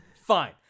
Fine